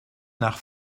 nach